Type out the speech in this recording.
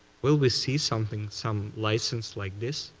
will we see something, some license like this?